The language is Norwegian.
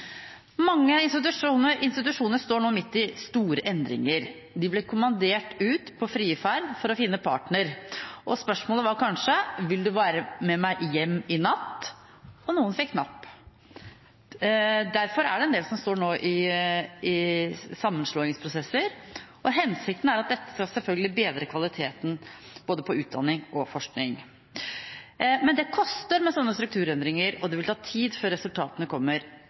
Mange institusjoner står nå midt i store endringer. De ble kommandert ut på frierferd for å finne partner, og spørsmålet var kanskje: «Vil du værra med mæ hjem i natt?» Og noen fikk napp. Derfor er det en del som nå står i sammenslåingsprosesser, og hensikten er selvfølgelig at dette skal bedre kvaliteten på både utdanning og forskning. Men det koster med sånne strukturendringer, og det vil ta tid før resultatene kommer.